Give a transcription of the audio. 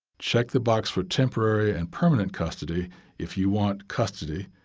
check the box for temporary and permanent custody if you want custody,